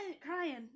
crying